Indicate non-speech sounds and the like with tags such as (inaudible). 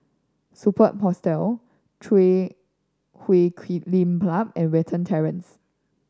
Superb Hostel Chui (unintelligible) Huay Lim Club and Watten Terrace